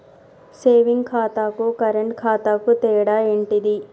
Saving ఖాతాకు current ఖాతాకు తేడా ఏంటిది?